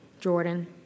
Jordan